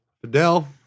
Fidel